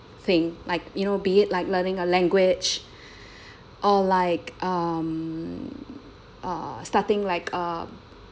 thing like you know be it like learning a language or like um uh starting like a